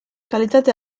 kalitate